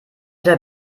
der